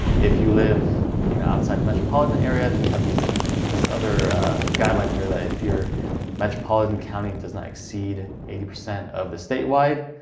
if you live you know, outside the metropolitan area then you have these this other guideline here that if your metropolitan county does not exceed eighty percent of the statewide